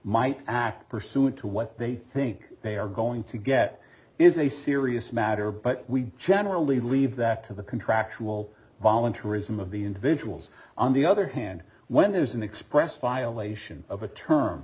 might act pursuant to what they think they are going to get is a serious matter but we generally leave that to the contractual voluntourism of the individuals on the other hand when there's an express violation of a term